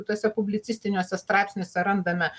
tose publicistiniuose straipsniuose randame